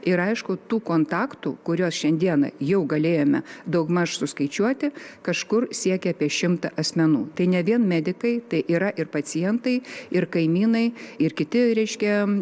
ir aišku tų kontaktų kuriuos šiandieną jau galėjome daugmaž suskaičiuoti kažkur siekia apie šimtą asmenų tai ne vien medikai tai yra ir pacientai ir kaimynai ir kiti reiškia